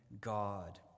God